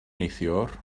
neithiwr